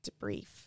debrief